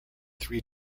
three